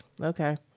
Okay